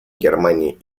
германии